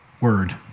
word